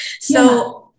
So-